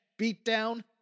beatdown